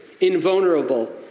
invulnerable